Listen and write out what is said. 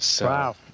Wow